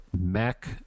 Mac